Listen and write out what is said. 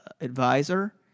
advisor